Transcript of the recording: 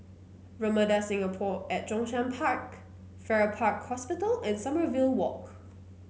Ramada Singapore at Zhongshan Park Farrer Park Hospital and Sommerville Walk